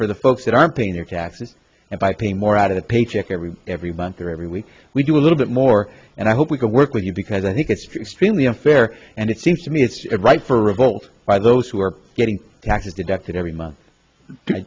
for the folks that aren't paying their taxes and by paying more out of a paycheck every every month or every week we do a little bit more and i hope we can work with you because i think it's extremely unfair and it seems to me it's right for revolt by those who are getting taxes deducted every month